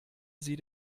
sie